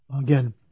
Again